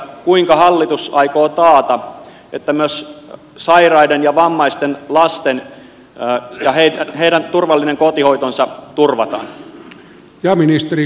kuinka hallitus aikoo taata että myös sairaiden ja vammaisten lasten turvallinen kotihoito turvataan